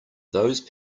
those